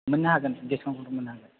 मोननो हागोन दिसकाउन्टखौथ' मोननो हागोन